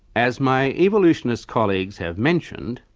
as my evolutionist colleagues have mentioned,